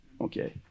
okay